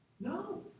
No